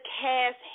cast